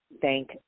Thank